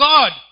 God